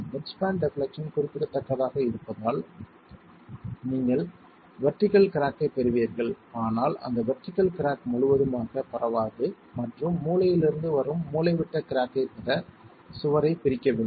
mid span deflection குறிப்பிடத்தக்கதாக இருப்பதால் நீங்கள் வெர்டிகள் கிராக்கைப் பெறுவீர்கள் ஆனால் அந்த வெர்டிகள் கிராக் முழுவதுமாக பரவாது மற்றும் மூலையிலிருந்து வரும் மூலைவிட்ட கிராக்கைப் பெற சுவரைப் பிரிக்க வேண்டும்